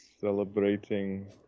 celebrating